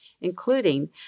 including